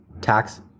tax